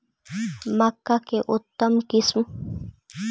मक्का के उतम किस्म?